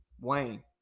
Wayne